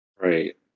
Right